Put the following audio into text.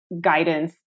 guidance